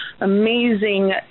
amazing